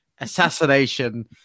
assassination